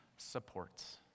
supports